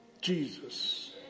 Jesus